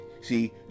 See